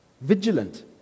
Vigilant